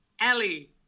Ellie